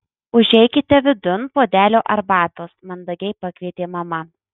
užeikite vidun puodelio arbatos mandagiai pakvietė mama